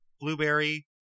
Blueberry